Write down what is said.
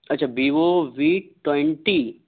अच्छा Vivo V twenty